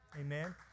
Amen